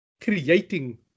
creating